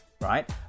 right